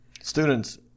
Students